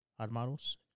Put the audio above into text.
Armados